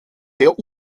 der